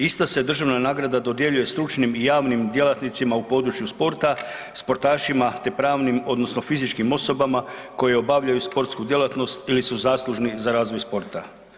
Ista se državna nagrada dodjeljuje stručnim i javnim djelatnicima u području sporta, sportašima te pravnim odnosno fizičkim osobama koje obavljaju sportsku djelatnost ili su zaslužni za razvoj sporta.